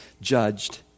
judged